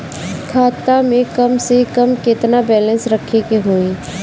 खाता में कम से कम केतना बैलेंस रखे के होईं?